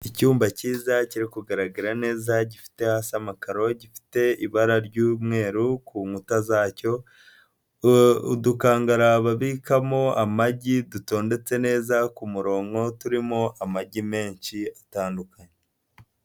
Icyumba cyiza kiri kugaragara neza gifite hasi amakaro, gifite ibara ry'umweru ku nkuta zacyo, udukangara babikamo amagi dutondetse neza ku murongo turimo amagi menshi atandukanye.